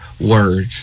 word